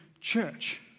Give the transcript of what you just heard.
church